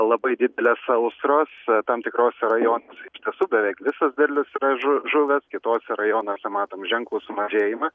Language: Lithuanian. labai didelės sausros tam tikrose rajonuose iš tiesų beveik visas derlius yra žu žuvęs kituose rajonuose matom ženklų sumažėjimą